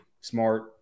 smart